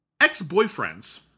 Ex-boyfriends